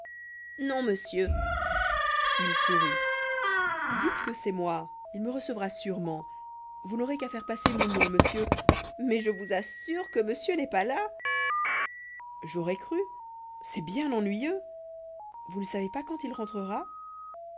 non monsieur il sourit dites que c'est moi il me recevra sûrement vous n'aurez qu'à faire passer mon nom monsieur mais je vous assure que monsieur n'est pas là j'aurais cru c'est bien ennuyeux vous ne savez pas quand il rentrera